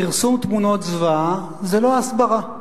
פרסום תמונות זוועה זה לא הסברה.